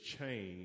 change